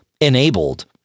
enabled